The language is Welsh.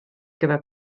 gyfer